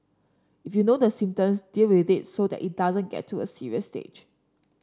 if you know the symptoms deal with it so that it doesn't get to a serious stage